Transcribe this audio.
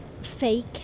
fake